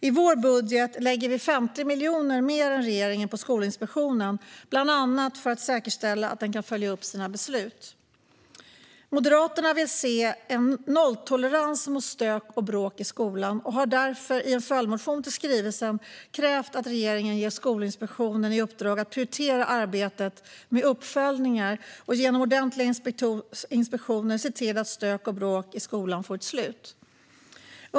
I vår budget lägger vi 50 miljoner mer än regeringen på Skolinspektionen, bland annat för att säkerställa att den kan följa upp sina beslut. Moderaterna vill se en nolltolerans mot stök och bråk i skolan och har därför i en följdmotion till skrivelsen krävt att regeringen ger Skolinspektionen i uppdrag att prioritera arbetet med uppföljningar och genom ordentliga inspektioner se till att stök och bråk i skolan får ett slut.